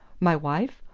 my wife?